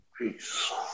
Peace